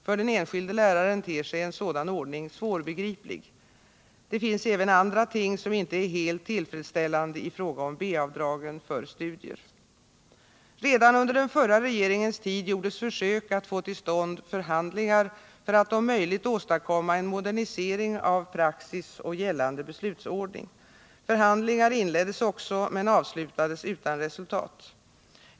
För den enskilde läraren ter sig en sådan ordning svårbegriplig. Det finns även andra ting som inte är helt tillfredsställande i fråga om B-avdragen för studier. Redan under den förra regeringens tid gjordes försök att få till stånd förhandlingar för att om möjligt åstadkomma en modernisering av praxis och gällande beslutsordning. Förhandlingar inleddes också men avslutades utan resultat.